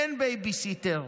אין בייביסיטר,